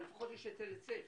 לפחות יש היטל היצף